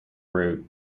route